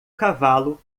cavalo